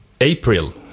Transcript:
April